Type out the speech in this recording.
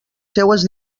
seues